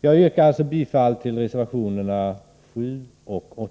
Jag yrkar bifall till reservationerna 7 och 8.